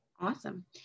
Awesome